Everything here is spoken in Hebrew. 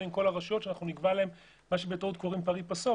עם כל הרשויות שאנחנו נקבע להם מה שבטעות קוראים פרי פסו,